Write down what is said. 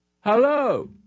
Hello